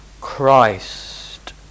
Christ